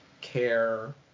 care